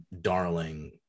darling